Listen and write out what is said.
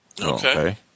Okay